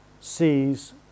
sees